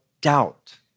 doubt